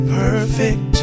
perfect